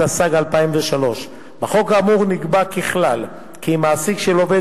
התשס"ג 2003. בחוק האמור נקבע ככלל כי מעסיק של עובד